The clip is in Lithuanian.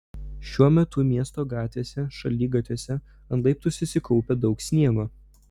šiuo metu miesto gatvėse šaligatviuose ant laiptų susikaupę daug sniego